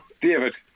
David